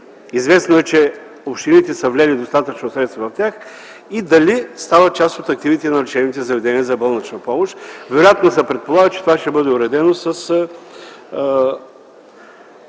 Известно е, че общините са влели достатъчно средства в тях. Дали тези активи стават част от активите на лечебните заведения за болнична помощ? Вероятно се предполага, че това ще бъде уредено със